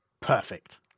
Perfect